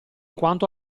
quanto